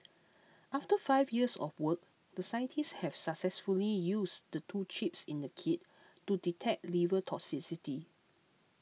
after five years of work the scientists have successfully used the two chips in the kit to detect liver toxicity